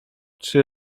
trzy